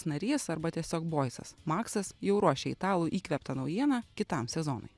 narys arba tiesiog boisas maksas jau ruošia italų įkvėptą naujieną kitam sezonui